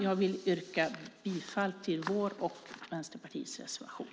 Jag vill yrka bifall till vår och Vänsterpartiets reservation.